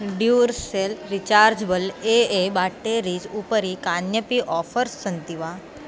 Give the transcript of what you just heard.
Duracell rechargeable A A batteries उपरि कान्यपि offers सन्ति वा